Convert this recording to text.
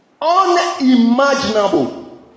Unimaginable